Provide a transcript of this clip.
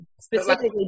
specifically